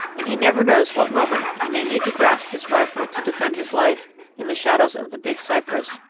and he never knows what moment he may need to grasp his rifle to defend his life in the shadows of the big cypress,